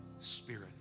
Spirit